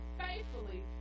faithfully